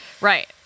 Right